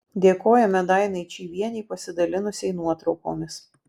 dėkojame dainai čyvienei pasidalinusiai nuotraukomis